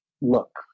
look